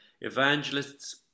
evangelists